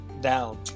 down